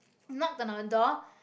knock the door